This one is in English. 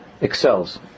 excels